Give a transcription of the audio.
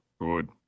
good